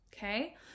Okay